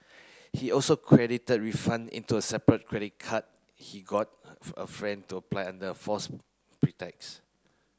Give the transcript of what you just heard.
he also credited refund into a separate credit card he got a friend to apply under a false pretext